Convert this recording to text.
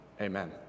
Amen